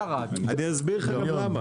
שיתאגדו.